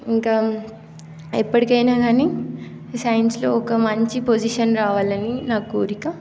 ఇంకా ఎప్పటికైనా కానీ సైన్స్లో ఒక మంచి పొజిషన్ రావాలని నా కోరిక